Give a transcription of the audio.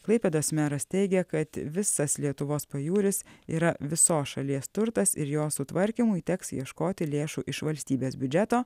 klaipėdos meras teigė kad visas lietuvos pajūris yra visos šalies turtas ir jo sutvarkymui teks ieškoti lėšų iš valstybės biudžeto